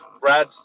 Brad